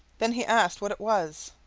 then he asked what it was.